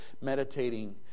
meditating